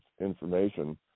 information